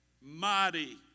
mighty